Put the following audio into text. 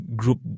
group